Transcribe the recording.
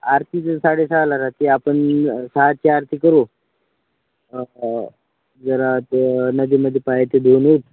आरती जर साडेसहाला राहाते आपण सहाची आरती करू जरा ते नदीमदी पाय ते धुऊन यु